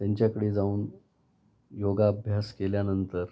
त्यांच्याकडे जाऊन योगाभ्यास केल्यानंतर